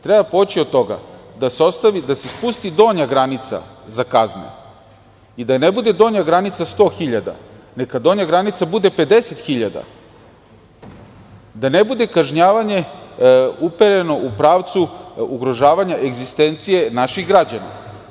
Treba poći od toga da se spusti donja granica za kazne i da ne bude donja granica 100.000 dinara, neka donja granica bude 50.000 dinara, da ne bude kažnjavanje upereno u pravcu ugrožavanja egzistencije naših građana.